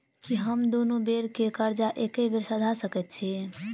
की हम दुनू बेर केँ कर्जा एके बेर सधा सकैत छी?